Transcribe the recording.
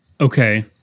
okay